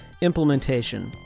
implementation